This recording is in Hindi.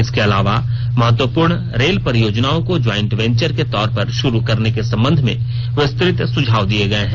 इसके अलावा महत्वपूर्ण रेल परियोजनाओं को ज्वाइंट वेंचर के तौर पर शुरू करने के संबंध में विस्तृत सुझाव दिये गये हैं